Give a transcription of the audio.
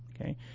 okay